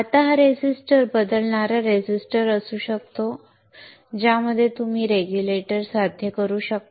आता हा रेझिस्टर बदलणारा रेझिस्टर असू शकतो ज्यामुळे तुम्ही रेग्युलेटर साध्य करू शकता